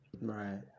Right